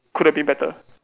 could have been better